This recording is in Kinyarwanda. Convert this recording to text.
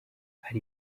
hari